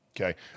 Okay